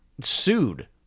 sued